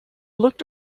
looked